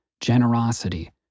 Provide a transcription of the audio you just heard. generosity